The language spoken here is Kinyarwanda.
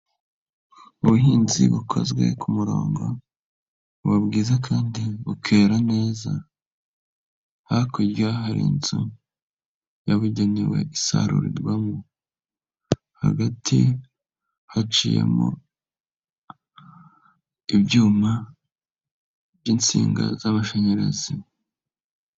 Ubuhinzi bukozwe ku murongo, buba bwiza kandi bukera neza. Hakurya hari inzu yabugenewe isarurirwamo. Hagati, haciyemo, ibyuma, by'insinga z'amashanyarazi.